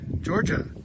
Georgia